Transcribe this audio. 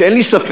שאין לי ספק,